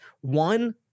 one